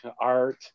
art